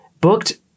booked